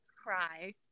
cry